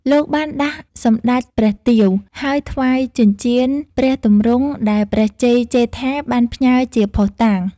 លោកបានដាស់សម្តេចព្រះទាវ ហើយថ្វាយ ចិញ្ចៀនព្រះទម្រង់ ដែលព្រះជ័យជេដ្ឋាបានផ្ញើជាភស្តុតាង។